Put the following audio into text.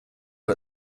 are